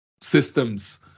systems